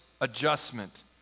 adjustment